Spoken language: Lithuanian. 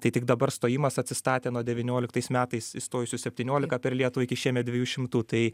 tai tik dabar stojimas atsistatė nuo devynioliktais metais įstojusių septyniolika per lietuvą iki šiemet dviejų šimtų tai